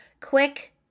quick